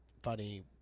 Funny